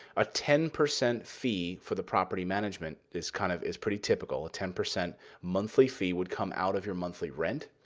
a ten percent fee for the property management, this kind of is pretty typical, a ten percent monthly fee would come out of your monthly rent.